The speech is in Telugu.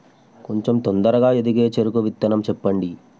కొంచం తొందరగా ఎదిగే చెరుకు విత్తనం చెప్పండి?